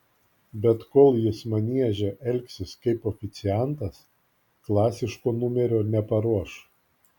bet kol jis manieže elgsis kaip oficiantas klasiško numerio neparuoš